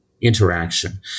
interaction